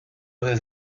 del